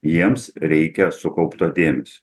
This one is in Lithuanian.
jiems reikia sukaupto dėmesio